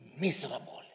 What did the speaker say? miserable